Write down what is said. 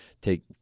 take